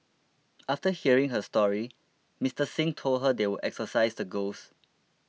after hearing her story Mister Xing told her they would exorcise the ghosts